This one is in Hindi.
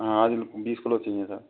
हाँ बीस किलो चाहिए सर